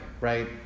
right